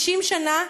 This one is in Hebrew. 50 שנה,